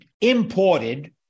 imported